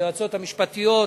ליועצות המשפטיות,